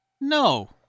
no